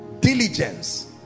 diligence